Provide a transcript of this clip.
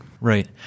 Right